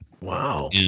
Wow